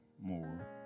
more